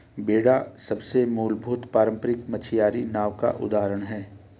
बेड़ा सबसे मूलभूत पारम्परिक मछियारी नाव का उदाहरण है